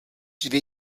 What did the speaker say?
dvě